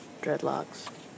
dreadlocks